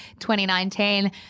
2019